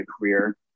career